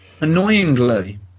annoyingly